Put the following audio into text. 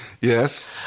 Yes